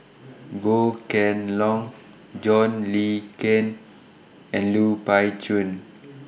Goh Kheng Long John Le Cain and Lui Pao Chuen